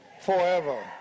forever